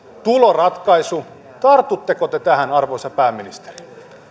tuloratkaisu tartutteko te tähän arvoisa pääministeri